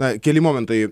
na keli momentai